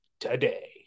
today